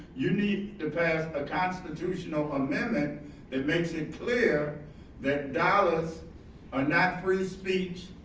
you need to pass a constitutional amendment that makes it clear that dollars are not free speech.